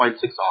6 ஆகும்